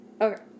Okay